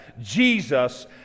Jesus